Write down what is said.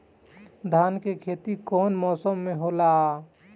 धान के खेती कवन मौसम में होला?